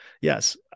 Yes